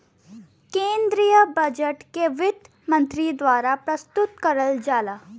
केन्द्रीय बजट के वित्त मन्त्री द्वारा प्रस्तुत करल जाला